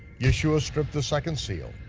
yeshua stripped the second seal,